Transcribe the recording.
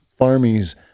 farmies